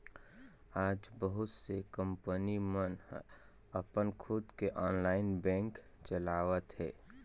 आज बहुत से कंपनी मन ह अपन खुद के ऑनलाईन बेंक चलावत हे